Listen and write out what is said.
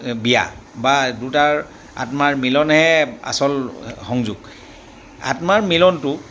বিয়া বা দুটাৰ আত্মাৰ মিলনহে আচল সংযোগ আত্মাৰ মিলনটো